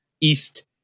East